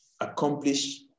accomplish